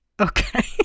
Okay